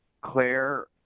claire